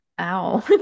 Ow